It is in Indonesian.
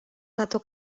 satu